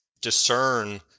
discern